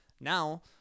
Now